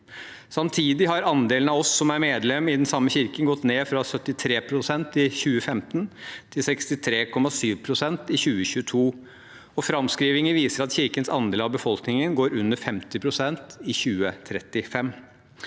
Samtidig har andelen av oss som er medlem i den samme kirken, gått ned fra 73 pst. i 2015 til 63,7 pst. i 2022. Framskrivinger viser at Kirkens andel av befolkningen går under 50 pst. i 2035.